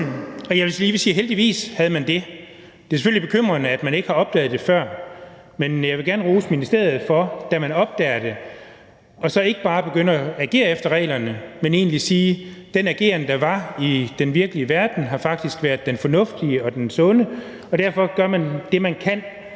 heldigvis havde man det. Det er selvfølgelig bekymrende, at man ikke har opdaget det før, men jeg vil gerne rose ministeriet for, at man, da man opdager det, ikke bare begynder at agere efter reglerne, men siger, at den ageren, der var i den virkelige verden, faktisk har været den fornuftige og den sunde, og derfor gør man det, man kan,